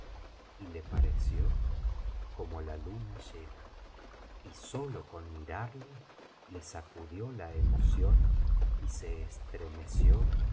y le pareció como la luna llena y sólo con mirarle le sacudió la emoción y se estremeció